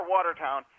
Watertown